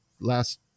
last